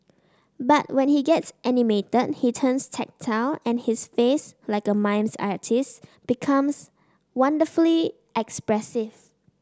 but when he gets animated he turns tactile and his face like a mime artist's becomes wonderfully expressive